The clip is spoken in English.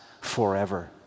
forever